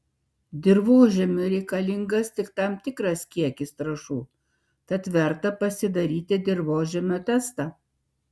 dirvožemiui reikalingas tik tam tikras kiekis trąšų tad verta pasidaryti dirvožemio testą